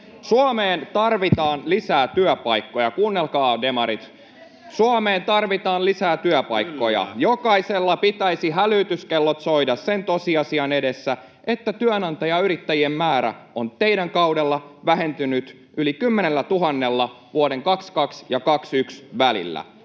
Suomeen tarvitaan lisää työpaikkoja. — Kuunnelkaa, demarit. — Suomeen tarvitaan lisää työpaikkoja. [Oikealta: Kyllä!] Jokaisella pitäisi hälytyskellojen soida sen tosiasian edessä, että työnantajayrittäjien määrä on teidän kaudellanne vähentynyt yli 10 000:lla vuosien 22 ja 21 välillä.